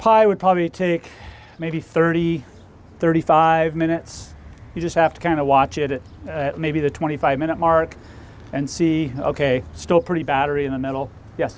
pie would probably take maybe thirty thirty five minutes you just have to kind of watch it maybe the twenty five minute mark and see ok still pretty battery in the middle ye